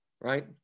Right